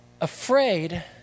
Afraid